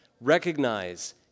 Recognize